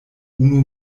unu